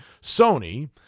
Sony